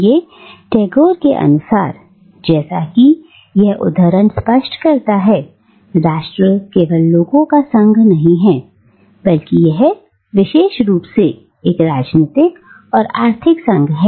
" इसलिए टैगोर के अनुसार जैसा कि यह उद्धरण स्पष्ट करता है राष्ट्र केवल लोगों का संघ नहीं है बल्कि यह विशेष रुप से एक राजनीतिक और आर्थिक संघ है